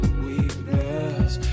weakness